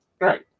Right